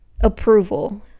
approval